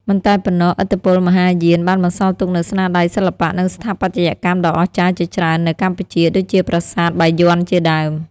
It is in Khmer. មិនតែប៉ុណ្ណោះឥទ្ធិពលមហាយានបានបន្សល់ទុកនូវស្នាដៃសិល្បៈ និងស្ថាបត្យកម្មដ៏អស្ចារ្យជាច្រើននៅកម្ពុជា ដូចជាប្រាសាទបាយ័នជាដើម។